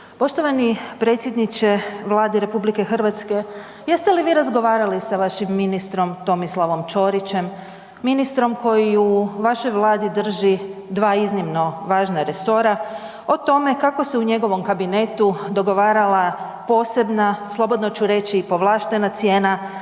Poštovani predsjedniče Vlade RH jeste li vi razgovarali sa vašim ministrom Tomislavom Ćorićem, ministrom koji u vašoj Vladi drži dva iznimno važna resora o tome kako se u njegovom kabinetu dogovarala posebna, slobodno ću reći i povlaštena cijena